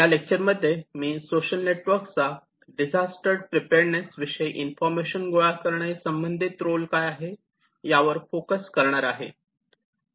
या लेक्चरमध्ये मी सोशल नेटवर्क चा डिझास्टर प्रीपेअर्डनेस विषयी इन्फॉर्मेशन गोळा करणे संबंधित रोल काय आहे यावर फोकस करणार आहे